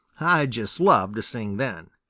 i just love to sing then.